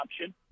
option